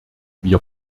wir